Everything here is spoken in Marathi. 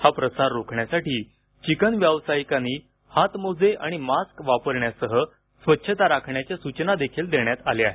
हा प्रसार रोखण्यासाठी चिकन व्यावसायिकांनी हातमोजे आणि मास्क वापरण्यासह स्वच्छता राखण्याच्या सूचनादेखील देण्यात आल्या आहेत